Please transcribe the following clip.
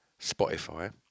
Spotify